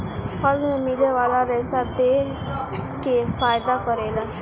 फल मे मिले वाला रेसा देह के फायदा करेला